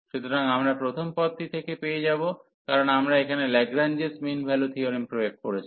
সুতরাং আমরা প্রথম পদটি থেকে পেয়ে যাব কারণ আমরা এখানে ল্যাগ্রাঞ্জেস মিন ভ্যালু থিওরেম প্রয়োগ করেছি